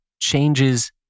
changes